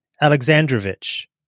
Alexandrovich